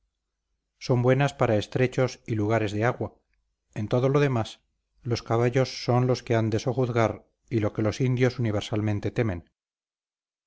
son buenas para estrechos y lugares de agua en todo lo demás los caballos son los que han de sojuzgar y lo que los indios universalmente temen